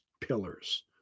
pillars